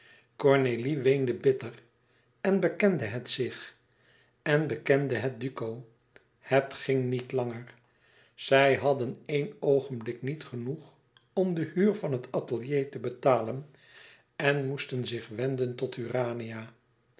cornélie weende bitter en bekende het zich en bekende het duco het ging niet langer zij hadden éen oogenblik niet genoeg om de huur van het atelier te betalen en moesten zich wenden tot urania